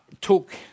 took